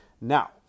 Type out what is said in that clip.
Now